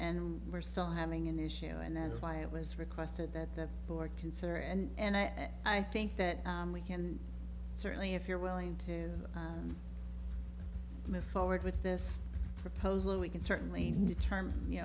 and we're still having an issue and that's why it was requested that the board consider and that i think that we can certainly if you're willing to move forward with this proposal we can certainly determine you